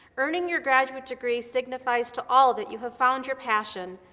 earning your graduate degree signifies to all that you have found your passion,